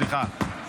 סליחה.